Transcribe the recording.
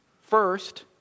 First